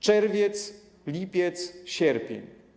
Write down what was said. Czerwiec, lipiec, sierpień.